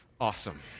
Awesome